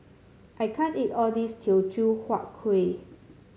I can't eat all this Teochew Huat Kueh